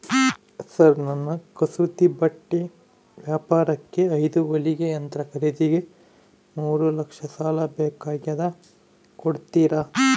Sir ನನ್ನ ಕಸೂತಿ ಬಟ್ಟೆ ವ್ಯಾಪಾರಕ್ಕೆ ಐದು ಹೊಲಿಗೆ ಯಂತ್ರ ಖರೇದಿಗೆ ಮೂರು ಲಕ್ಷ ಸಾಲ ಬೇಕಾಗ್ಯದ ಕೊಡುತ್ತೇರಾ?